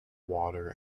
water